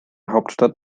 hauptstadt